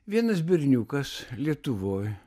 vienas berniukas lietuvoj